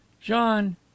John